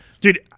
dude